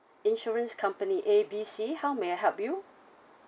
insurance company A B C how may I help you